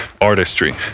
artistry